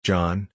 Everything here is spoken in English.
John